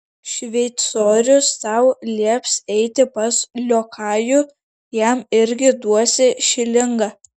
šveicorius tau lieps eiti pas liokajų jam irgi duosi šilingą